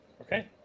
Okay